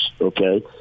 okay